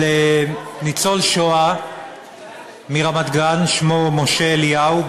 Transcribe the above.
על ניצול שואה מרמת-גן, שמו משה אליהו.